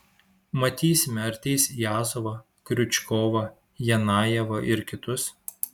matysime ar teis jazovą kriučkovą janajevą ir kitus